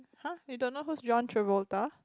!huh! you don't know who's John Travolta